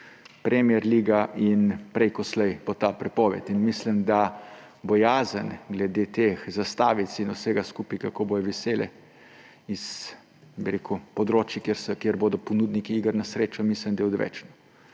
Premier liga, in prej ko slej bo ta prepoved. In mislim, da bojazen glede teh zastavic in vsega skupaj, kako bojo visele z, območij, kjer bodo ponudniki iger na srečo, je odveč.